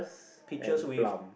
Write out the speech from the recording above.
pictures with